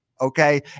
Okay